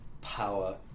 power